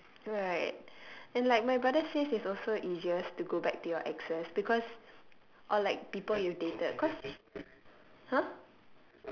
right and like my brother says it's also easiest to go back to your exes because or like people you've dated cause !huh!